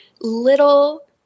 little